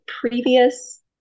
previous